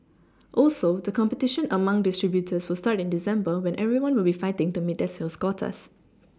also the competition among distributors will start in December when everyone will be fighting to meet their sales quotas